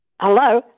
Hello